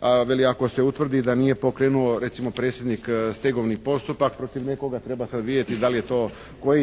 ako se utvrdi da nije pokrenuo recimo predsjednik stegovni postupak protiv nekoga, treba sad vidjeti koji je to